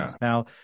Now